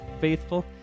faithful